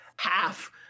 half